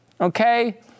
Okay